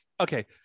okay